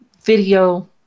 video